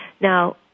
Now